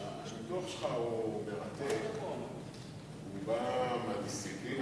הניתוח שלך מרתק, הוא בא מהדיסציפלינה